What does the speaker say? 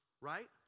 Right